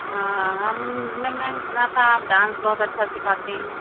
हाँ हमने मैम सुना था आप डांस बहुत अच्छा सिखाती हैं